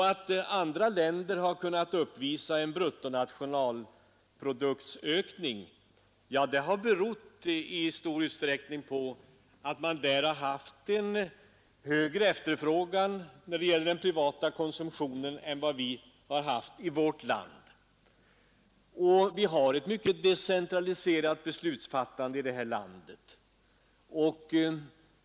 Att andra länder har kunnat uppvisa en ökning av bruttonationalprodukten har i stor utsträckning berott på att man där har haft en högre efterfrågan vad beträffar den privata konsumtionen än vi har haft i vårt land. Vi har ett decentraliserat beslutsfattande i det här landet.